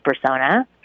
persona